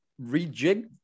rejig